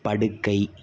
படுக்கை